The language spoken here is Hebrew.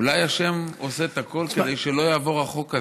אולי השם עושה את הכול כדי שלא יעבור החוק הזה.